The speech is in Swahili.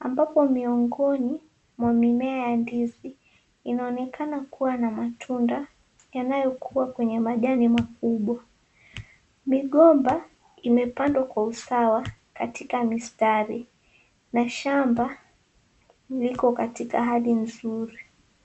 ambapo miongoni mwa mimea ya ndizi inaonekana kuwa na matunda yanayokuwa kwenye majani makubwa. Migomba imepandwa kwa usawa katika mistari na shamba liko katika hali nzuri.